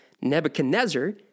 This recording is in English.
Nebuchadnezzar